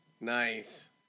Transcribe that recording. Nice